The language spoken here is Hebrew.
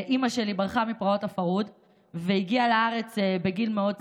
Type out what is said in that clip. אימא שלי ברחה מפרעות הפרהוד והגיעה לארץ בגיל מאוד צעיר.